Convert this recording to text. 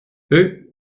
eux